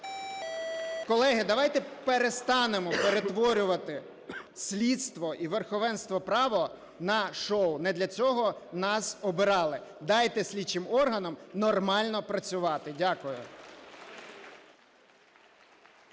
Колеги, давайте перестанемо перетворювати слідство і верховенство права на шоу, не для цього нас обирали. Дайте слідчим органам нормально працювати. Дякую.